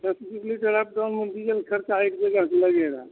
दस बीस litre up down में डीजल ख़र्चा एक दो तो हज़ार लेगगा